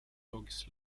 dogs